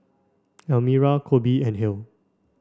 Elmira Colby and Hale